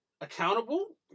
accountable